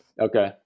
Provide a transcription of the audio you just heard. Okay